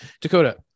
Dakota